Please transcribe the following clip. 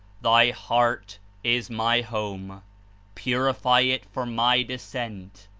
thy heart is my home purify it for my descent.